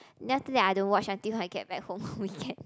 then after that I don't watch until I get back home on weekend